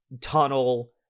tunnel